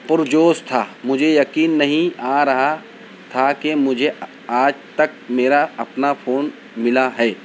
پُرجوش تھا مجھے یقین نہیں آ رہا تھا کہ مجھے آج تک میرا اپنا فون ملا ہے